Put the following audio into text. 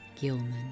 Gilman